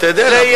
אתה יודע למה,